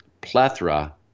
plethora